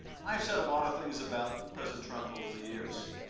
i have said a lot of things about president trump over the years,